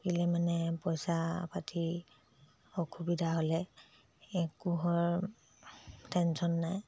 থাকিলে মানে পইচা পাতিৰ অসুবিধা হ'লে একোহৰ টেনশ্য়ন নাই